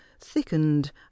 thickened